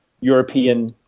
European